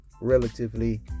relatively